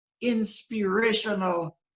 inspirational